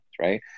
right